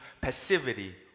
passivity